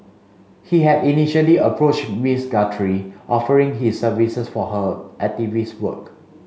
he had initially approached Ms Guthrie offering his services for her activist work